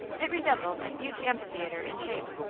it resembled a huge amphitheatre in shape.